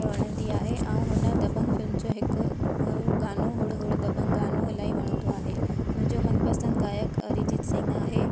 मूंखे वणंदी आहे ऐं हुन दबंग फिल्म जो हिकु हुओ गानो हुड़ हुड़ दबंग गानो इलाही वणंदो आहे मुंहिंजो मनु पसंदि गायक अरिजीत सिंह आहे